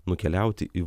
nukeliauti į